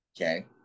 okay